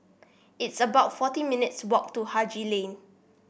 it's about forty minutes' walk to Haji Lane